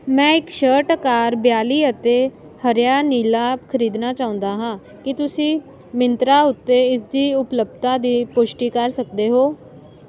ਮੈਂ ਇੱਕ ਸ਼ਰਟ ਅਕਾਰ ਬਿਆਲੀ ਅਤੇ ਹਰਿਆ ਨੀਲਾ ਖਰੀਦਣਾ ਚਾਹੁੰਦਾ ਹਾਂ ਕੀ ਤੁਸੀਂ ਮਿੰਤਰਾ ਉੱਤੇ ਇਸ ਦੀ ਉਪਲੱਬਧਤਾ ਦੀ ਪੁਸ਼ਟੀ ਕਰ ਸਕਦੇ ਹੋ